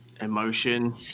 emotion